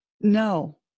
No